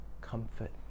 comfort